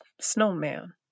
snowman